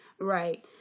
Right